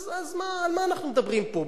אז על מה אנחנו מדברים פה?